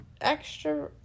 extra